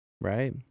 right